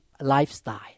lifestyle